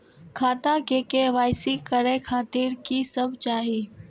खाता के के.वाई.सी करे खातिर की सब चाही?